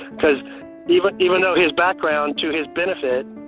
because even even though his background to his benefit,